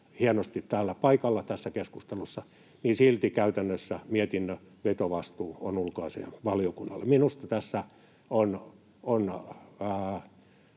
hienosti täällä paikalla tässä keskustelussa — ja käytännössä mietinnön vetovastuu ovat ulkoasiainvaliokunnalla. Minusta tämä